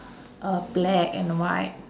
a black and white